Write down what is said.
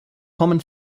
common